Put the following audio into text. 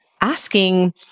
asking